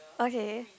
okay